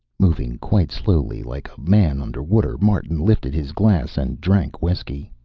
moving quite slowly, like a man under water, martin lifted his glass and drank whiskey.